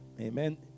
Amen